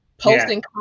posting